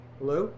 Hello